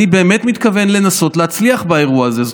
אני באמת מתכוון לנסות להצליח באירוע הזה.